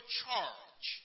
charge